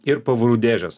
ir pavarų dėžės